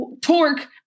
torque